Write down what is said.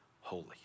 holy